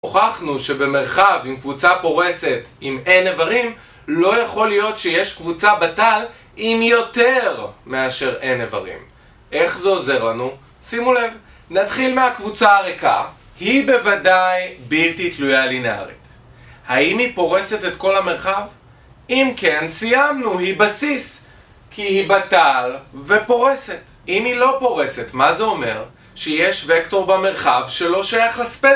הוכחנו שבמרחב עם קבוצה פורסת עם N איברים לא יכול להיות שיש קבוצה בת"ל עם יותר מאשר N איברים. איך זה עוזר לנו? שימו לב נתחיל מהקבוצה הריקה היא בוודאי בלתי תלויה לינארית האם היא פורסת את כל המרחב? אם כן סיימנו, היא בסיס כי היא בת"ל ופורסת אם היא לא פורסת, מה זה אומר? שיש וקטור במרחב שלא שייך לספדר